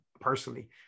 personally